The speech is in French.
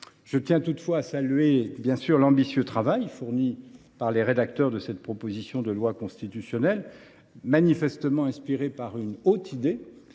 Je tiens toutefois à saluer l’ambitieux travail accompli par les rédacteurs de cette proposition de loi constitutionnelle, manifestement inspirés par une haute idée